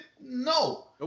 No